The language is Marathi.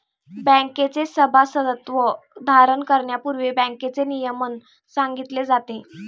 बँकेचे सभासदत्व धारण करण्यापूर्वी बँकेचे नियमन सांगितले जाते